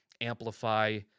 amplify